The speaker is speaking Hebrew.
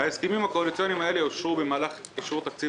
ההסכמים הקואליציוניים הללו אושררו במהלך אישור תקציב